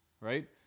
right